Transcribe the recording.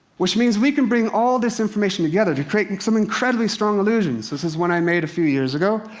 which means we can bring all this information together to create some incredibly strong illusions. this is one i made a few years ago.